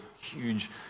huge